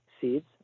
seeds